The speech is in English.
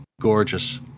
Gorgeous